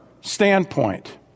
standpoint